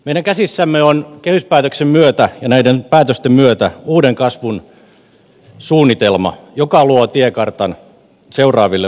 meidän käsissämme on kehyspäätöksen myötä ja näiden päätösten myötä uuden kasvun suunnitelma joka luo tiekartan seuraaville vuosille